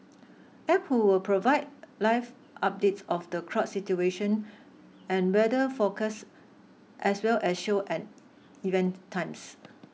App will provide live updates of the crowd situation and weather forecast as well as show and event times